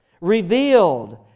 revealed